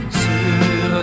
sur